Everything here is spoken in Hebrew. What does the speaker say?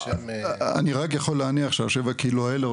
אני רק יכול להניח שהשבע קילו האלה,